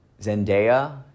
Zendaya